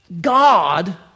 God